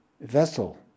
vessel